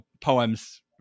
poems